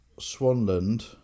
Swanland